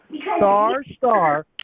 star-star